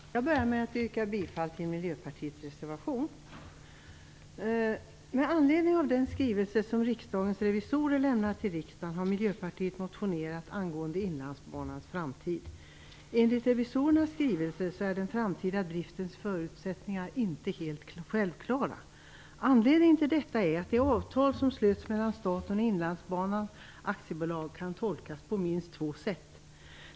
Fru talman! Jag börjar med att yrka bifall till Med anledning av den skrivelse som Riksdagens revisorer lämnat till riksdagen har Miljöpartiet motionerat angående Inlandsbanans framtid. Enligt revisorernas skrivelse är den framtida driftens förutsättningar inte helt självklara. Anledningen är att det avtal som slöts mellan staten och Inlandsbanan AB kan tolkas på minst två sätt.